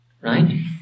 right